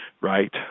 right